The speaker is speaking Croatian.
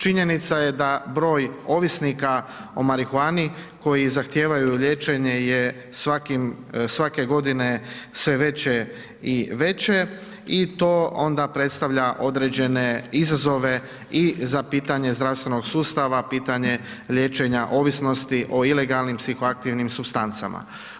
Činjenica je da broj ovisnika o marihuani koji zahtijevaju liječenje je svakim, svake godine sve veće i veće i to onda predstavlja određene izazove i za pitanje zdravstvenog sustava, pitanje liječenja ovisnosti o ilegalnim psihoaktivnim supstancama.